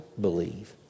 believe